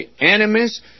enemies